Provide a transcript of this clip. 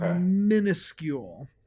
minuscule